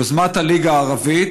יוזמת הליגה הערבית,